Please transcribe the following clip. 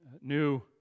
new